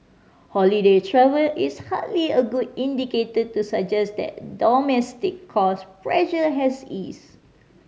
holiday travel is hardly a good indicator to suggest that domestic cost pressure has eased